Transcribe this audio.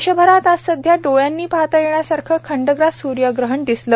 देशभरात आज साध्या डोळ्यांनी पाहता येण्यासारखं खंडग्रास स्र्यग्रहण दिसलं